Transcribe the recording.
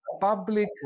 public